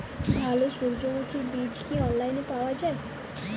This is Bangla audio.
ভালো সূর্যমুখির বীজ কি অনলাইনে পাওয়া যায়?